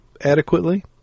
adequately